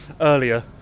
earlier